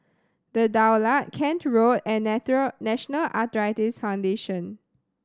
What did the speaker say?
The Daulat Kent Road and National Arthritis Foundation